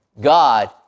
God